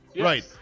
right